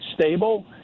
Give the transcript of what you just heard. stable